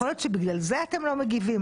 יכול להיות שבגלל זה אתם לא מגיבים,